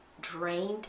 drained